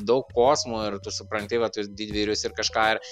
daug posmų ir tu supranti va tuos didvyrius ir kažką ir